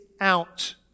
out